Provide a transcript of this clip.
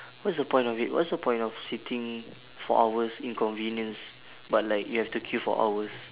what's the point of it what's the point of sitting for hours inconvenience but like you have to queue for hours